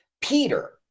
Peter